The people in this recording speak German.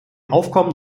aufkommen